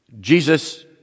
Jesus